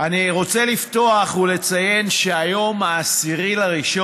אני רוצה לפתוח ולציין שהיום, 10 בינואר,